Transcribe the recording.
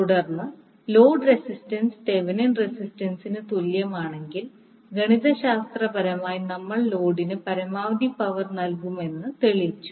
തുടർന്ന് load resistance Thevenin റെസിസ്റ്റൻസിനു തുല്യമാണെങ്കിൽ ഗണിതശാസ്ത്രപരമായി നമ്മൾ ലോഡിന് പരമാവധി പവർ നൽകുമെന്ന് തെളിയിച്ചു